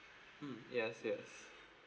mm yes yes